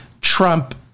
Trump